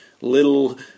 little